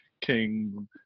king